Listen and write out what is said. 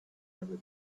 every